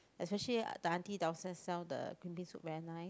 especially the auntie downstairs sell the green bean soup very nice